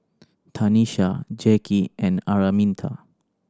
Tanisha Jackie and Araminta